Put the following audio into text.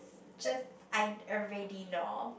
just I already know